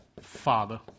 Father